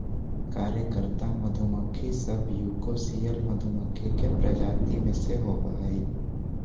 कार्यकर्ता मधुमक्खी सब यूकोसियल मधुमक्खी के प्रजाति में से होबा हइ